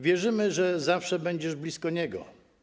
Wierzymy, że zawsze będziesz blisko Niego.